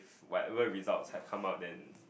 whatever results had come out then it